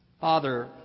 Father